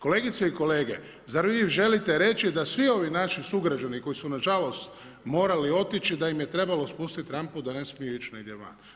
Kolegice i kolege, zar vi želite reći da svi ovi naši sugrađani koji su nažalost morali otići da im je trebalo spustiti rampu da ne smiju ići negdje van?